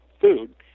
food